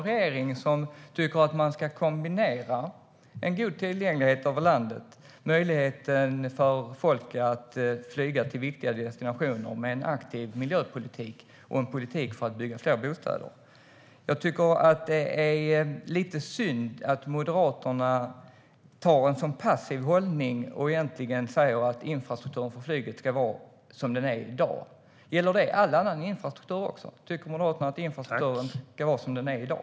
Regeringen tycker också att man ska kombinera en god tillgänglighet över landet och möjligheten för folk att flyga till viktiga destinationer med en aktiv miljöpolitik och en politik för att bygga fler bostäder. Det är lite synd att Moderaterna intar en så passiv hållning och säger att infrastrukturen för flyget ska vara som den är i dag. Gäller det all annan infrastruktur? Tycker Moderaterna att infrastrukturen ska vara som den är i dag?